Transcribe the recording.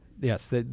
Yes